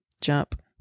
jump